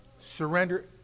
Surrender